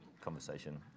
conversation